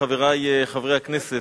חברי חברי הכנסת,